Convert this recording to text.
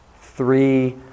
three